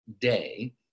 day